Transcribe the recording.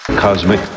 cosmic